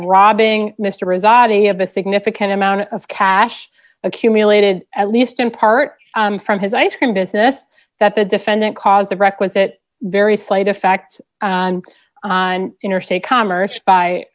a significant amount of cash accumulated at least in part from his ice cream business that the defendant caused the requisite very slight effect on interstate commerce by